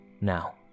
Now